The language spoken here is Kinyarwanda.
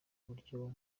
buryo